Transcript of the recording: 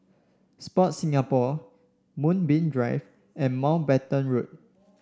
Sport Singapore Moonbeam Drive and Mountbatten Road